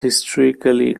historically